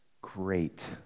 great